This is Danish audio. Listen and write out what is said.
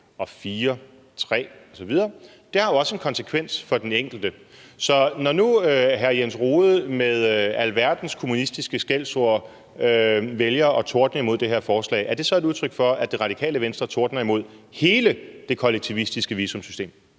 5, 4, 3 osv., har jo også en konsekvens for den enkelte. Så når nu hr. Jens Rohde med alverdens kommunistiske skældsord vælger at tordne imod det her forslag, er det så et udtryk for, at Det Radikale Venstre tordner imod hele det kollektivistiske visumsystem?